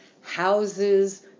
houses